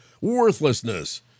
worthlessness